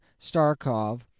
Starkov